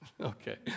Okay